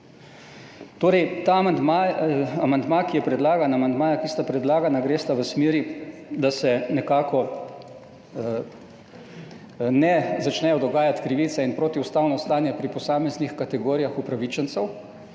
tega seznama. Torej, amandmaja, ki sta predlagana, gresta v smeri, da se nekako ne začnejo dogajati krivice in protiustavno stanje pri posameznih kategorijah upravičencev,